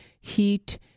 heat